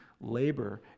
labor